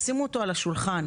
שימו אותו על השולחן.